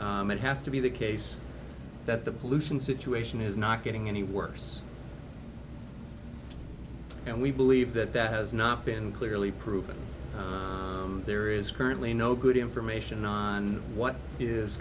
it has to be the case that the pollution situation is not getting any worse and we believe that that has not been clearly proven there is currently no good information on what is